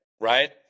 right